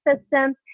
system